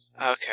Okay